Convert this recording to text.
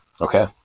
Okay